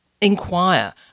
inquire